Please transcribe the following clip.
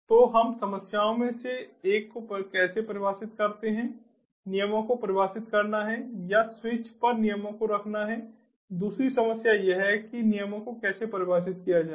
तो हम समस्याओं में से एक को कैसे परिभाषित करते हैं नियमों को परिभाषित करना है या स्विच पर नियमों को रखना है दूसरी समस्या यह है कि नियमों को कैसे परिभाषित किया जाए